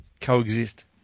coexist